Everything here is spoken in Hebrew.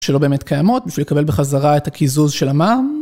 שלא באמת קיימות, בשביל לקבל בחזרה את הקיזוז של המע"מ.